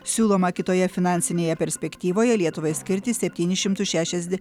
siūloma kitoje finansinėje perspektyvoje lietuvai skirti septynis šimtus šešiasde